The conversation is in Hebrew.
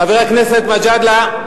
חבר הכנסת מג'אדלה.